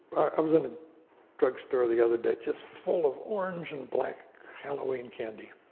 i was in a drugstore the other day just full of orange and black halloween candy.